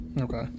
Okay